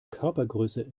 körpergröße